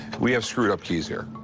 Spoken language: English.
we have screwed up keys here.